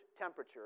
temperature